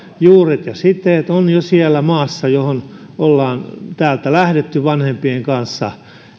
juuret ja siteet ovat jo siinä maassa johon on täältä lähdetty vanhempien kanssa